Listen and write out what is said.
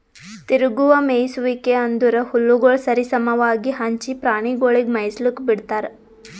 ತಿರುಗುವ ಮೇಯಿಸುವಿಕೆ ಅಂದುರ್ ಹುಲ್ಲುಗೊಳ್ ಸರಿ ಸಮವಾಗಿ ಹಂಚಿ ಪ್ರಾಣಿಗೊಳಿಗ್ ಮೇಯಿಸ್ಲುಕ್ ಬಿಡ್ತಾರ್